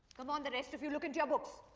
come on, the rest of you look into your books.